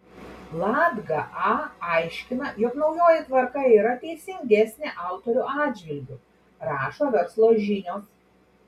latga a aiškina jog naujoji tvarka yra teisingesnė autorių atžvilgiu rašo verslo žinios